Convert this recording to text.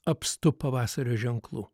apstu pavasario ženklų